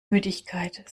müdigkeit